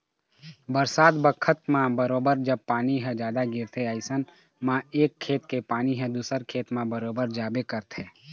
बरसात बखत म बरोबर जब पानी ह जादा गिरथे अइसन म एक खेत के पानी ह दूसर खेत म बरोबर जाबे करथे